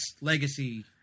legacy